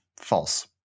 false